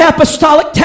Apostolic